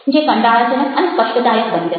જે કંટાળાજનક અને કષ્ટદાયક બની રહે